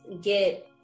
get